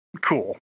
cool